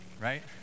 Right